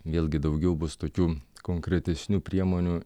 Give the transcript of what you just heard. vėl gi daugiau bus tokių konkretesnių priemonių